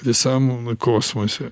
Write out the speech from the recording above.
visam kosmose